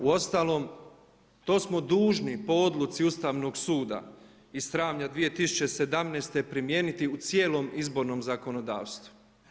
Uostalom, to smo dužno po odluci Ustavnog suda iz travnja 2017. primijeniti u cijelom izbornom zakonodavstvu.